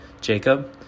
jacob